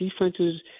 defenses